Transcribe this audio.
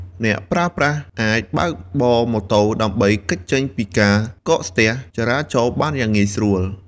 អ្នកប្រើប្រាស់អាចបើកបរម៉ូតូ ដើម្បីគេចចេញពីការកកស្ទះចរាចរណ៍បានយ៉ាងងាយស្រួល។